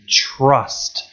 trust